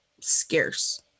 scarce